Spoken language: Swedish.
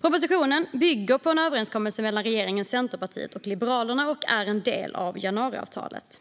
Propositionen bygger på en överenskommelse mellan regeringen, Centerpartiet och Liberalerna och är en del av januariavtalet.